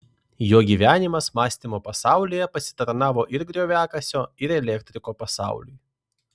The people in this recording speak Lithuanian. jo gyvenimas mąstymo pasaulyje pasitarnavo ir grioviakasio ir elektriko pasauliui